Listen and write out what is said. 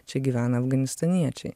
čia gyvena afganistaniečiai